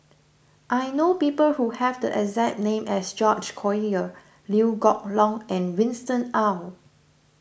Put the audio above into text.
I know people who have the exact name as George Collyer Liew Geok Leong and Winston Oh